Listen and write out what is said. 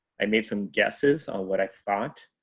i made some guesses on what i thought